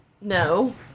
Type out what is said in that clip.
No